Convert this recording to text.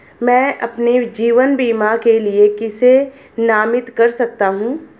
मैं अपने जीवन बीमा के लिए किसे नामित कर सकता हूं?